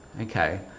Okay